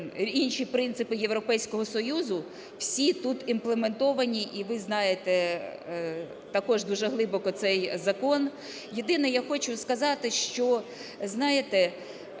інші принципи Європейського Союзу, всі тут імплементовані. І ви знаєте також дуже глибоко цей закон. Єдине я хочу сказати, що, знаєте,